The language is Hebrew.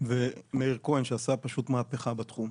ומאיר כהן שעשה פשוט מהפכה בתחום.